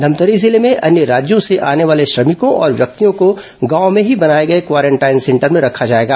धमतरी जिले में अन्य राज्यों से आने वाले श्रमिकों और व्यक्तियों को गांव में ही बनाए गए क्वारेंटाइन सेंटर में रखा जाएगा